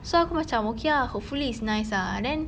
so aku macam okay ah hopefully it's nice ah then